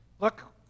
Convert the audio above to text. Look